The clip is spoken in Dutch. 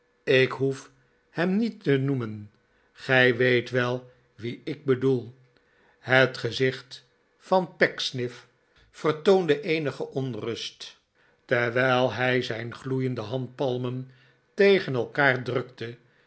ik hoef hem niet te noemen gij weet wel wien ik bedoel het gezicht van pecksniff vertoonde eenige onrust terwijl hij zijn gloeiende handpalmen tegen elkaar drukte